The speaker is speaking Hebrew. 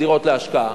הדירות להשקעה,